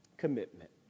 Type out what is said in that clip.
commitment